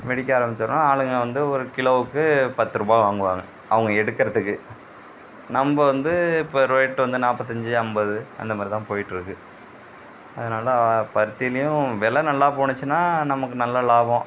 வெடிக்க ஆரம்பித்ததும் ஆளுங்க வந்து ஒரு கிலோவுக்கு பத்துருபா வாங்குவாங்க அவங்க எடுக்கறத்துக்கு நம்ப வந்து இப்போ ரேட் வந்து நாற்பத்தஞ்சி ஐம்பது அந்த மாதிரிதான் போயிட்டிருக்கு அதனால பருத்திலியும் வெலை நல்லா போனுச்சின்னால் நமக்கு நல்ல லாபம்